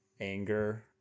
anger